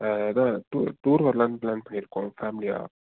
அதுதான் tour tour வரலான் plan பண்ணியிருக்கோம் ஃபேமிலியாக